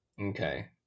okay